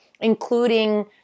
including